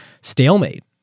stalemate